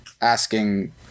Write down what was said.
asking